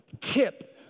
tip